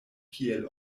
kiel